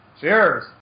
Cheers